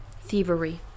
thievery